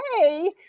hey